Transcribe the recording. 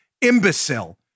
imbecile